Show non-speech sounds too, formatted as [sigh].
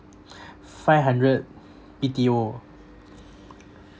[breath] five hundred B_T_O [noise]